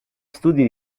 studi